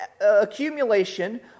accumulation